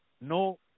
no